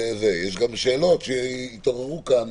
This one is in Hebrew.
יש גם שאלות שיתעוררו כאן